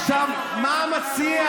אז למה נתת,